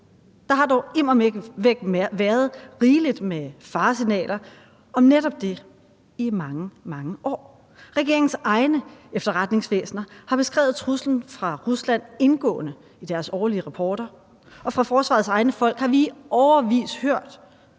Der har dog immer væk været rigeligt med faresignaler om netop det i mange, mange år. Regeringens egne efterretningsvæsener har beskrevet truslen fra Rusland indgående i deres årlige rapporter, og fra forsvarets egne folk har vi i årevis hørt,